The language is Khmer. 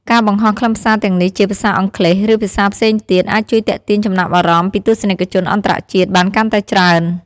ការបង្ហោះខ្លឹមសារទាំងនេះជាភាសាអង់គ្លេស ឬភាសាផ្សេងទៀត អាចជួយទាក់ទាញចំណាប់អារម្មណ៍ពីទស្សនិកជនអន្តរជាតិបានកាន់តែច្រើន។